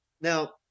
Now